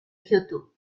kyoto